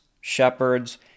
shepherds